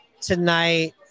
Tonight